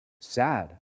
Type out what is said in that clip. sad